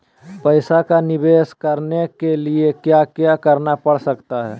पैसा का निवेस करने के लिए क्या क्या करना पड़ सकता है?